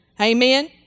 Amen